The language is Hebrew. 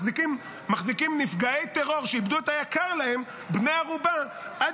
מחזיקים נפגעי טרור שאיבדו את היקר להם בני ערובה עד